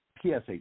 psa